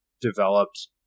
developed